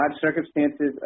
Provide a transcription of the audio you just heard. circumstances